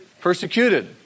persecuted